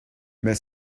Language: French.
mais